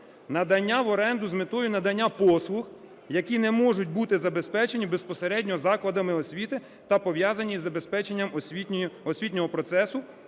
надання в оренду з метою надання послуг, які не можуть бути забезпечені безпосередньо закладами освіти та пов'язані із забезпеченням освітнього процесу